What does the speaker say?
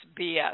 BS